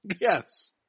Yes